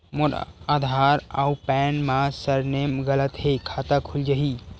मोर आधार आऊ पैन मा सरनेम अलग हे खाता खुल जहीं?